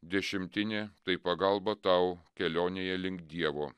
dešimtinė tai pagalba tau kelionėje link dievo